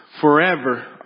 forever